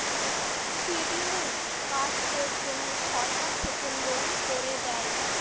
scheduled কাস্টের জন্য সরকার থেকে লোন করে দেয়